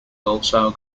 also